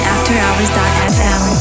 AfterHours.fm